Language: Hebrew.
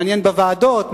מעניין בוועדות,